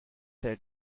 said